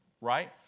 Right